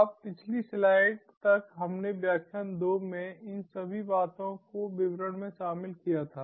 अब पिछली स्लाइड तक हमने व्याख्यान 2 में इन सभी बातों को विवरण में शामिल किया था